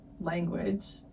language